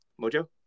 Mojo